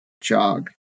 jog